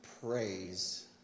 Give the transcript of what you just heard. praise